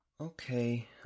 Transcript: Okay